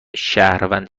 شهروند